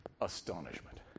astonishment